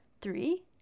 Three